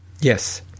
Yes